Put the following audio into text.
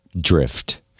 drift